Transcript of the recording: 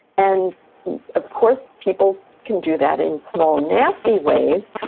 and of course, people can do that in small, nasty ways.